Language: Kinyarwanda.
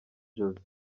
josee